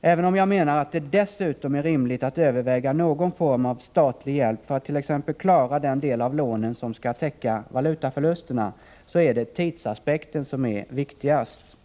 Även om jag menar att det dessutom är rimligt att överväga någon form av statlig hjälp för att t.ex. klara den del av lånen som skall täcka valutaförlusterna, är det tidsaspekten som är viktigast.